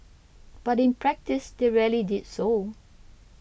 but in practice they rarely did so